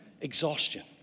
exhaustion